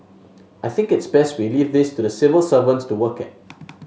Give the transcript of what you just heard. I think it's best we leave this to the civil servants to work at